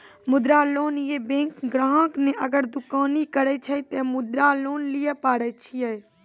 मुद्रा लोन ये बैंक ग्राहक ने अगर दुकानी करे छै ते मुद्रा लोन लिए पारे छेयै?